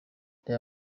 reba